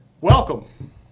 welcome